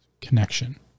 Connection